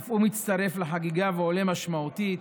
אף הוא מצטרף לחגיגה ועולה משמעותית,